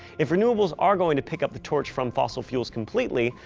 if renewables are going to pick up the torch from fossil fuels completely,